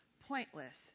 pointless